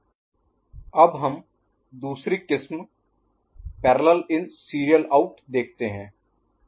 अब हम दूसरी किस्म पैरेलल इन सीरियल आउट देखते हैं